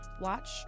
Watch